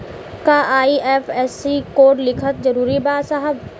का IFSC code लिखल जरूरी बा साहब?